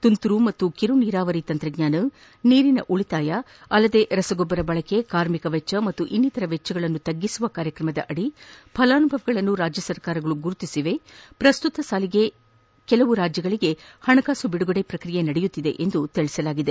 ತುಂತುರು ಮತ್ತು ಕಿರುನೀರಾವರಿ ತಂತ್ರಜ್ವಾನ ನೀರಿನ ಉಳಿತಾಯ ಅಲ್ಲದೆ ರಸಗೊಬ್ಲರ ಬಳಕೆ ಕಾರ್ಮಿಕ ವೆಚ್ಚ ಹಾಗೂ ಇನ್ನಿತರ ವೆಚ್ಚಗಳನ್ನು ಕಡಿಮೆ ಮಾಡುವ ಕಾರ್ಯಕ್ರಮದಡಿ ಫಲಾನುಭವಿಗಳನ್ನು ರಾಜ್ಲಸರ್ಕಾರಗಳು ಗುರುತಿಸಿವೆ ಹಾಗೂ ಪ್ರಸ್ತುತ ಸಾಲಿಗೆ ಕೆಲ ರಾಜ್ಲಗಳಿಗೆ ಹಣಕಾಸು ಬಿಡುಗಡೆ ಪ್ರಕ್ರಿಯೆ ನಡೆಯುತ್ತಿದೆ ಎಂದು ತಿಳಿಸಲಾಗಿದೆ